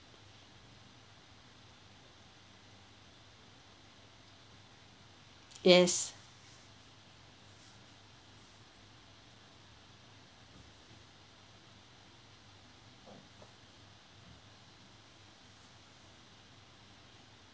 yes